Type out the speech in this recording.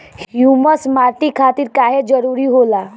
Humus माटी खातिर काहे जरूरी होला?